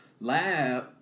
lab